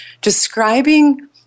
describing